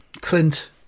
Clint